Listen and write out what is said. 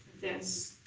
this.